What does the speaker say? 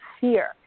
fear